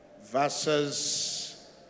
verses